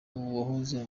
uwahoze